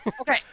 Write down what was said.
Okay